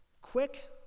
quick